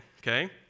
Okay